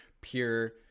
pure